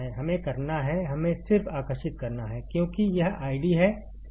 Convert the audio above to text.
हमें करना है हमें सिर्फ आकर्षित करना है क्योंकि यह आईडी है